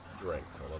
drinks